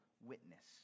witness